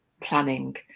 planning